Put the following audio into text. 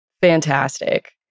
Fantastic